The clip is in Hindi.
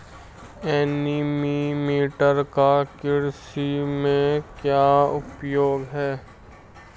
एनीमोमीटर का कृषि में क्या उपयोग है?